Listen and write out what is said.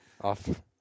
Off